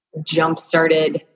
jumpstarted